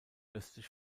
östlich